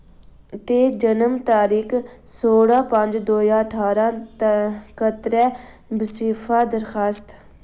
ते जन्म तरीक सोलां पंज दो ज्हार ठारां गितै बजीफा दरखास्त